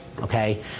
Okay